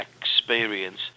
experience